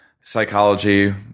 psychology